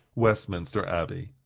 westminster abbey.